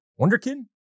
wonderkin